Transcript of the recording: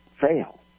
fail